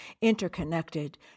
interconnected